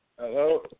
Hello